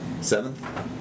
Seventh